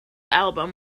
album